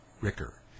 Ricker